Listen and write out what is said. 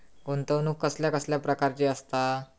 गुंतवणूक कसल्या कसल्या प्रकाराची असता?